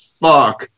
fuck